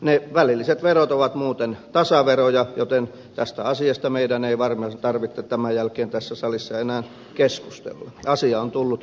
ne välilliset verot ovat muuten tasaveroja joten tästä asiasta meidän ei varmaan tarvitse tämän jälkeen tässä salissa enää keskustella asia on tullut selväksi